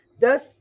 Thus